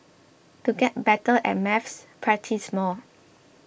to get better at maths practise more